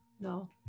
No